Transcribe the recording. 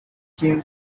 keen